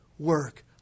Work